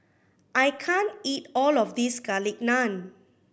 I can't eat all of this Garlic Naan